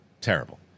Terrible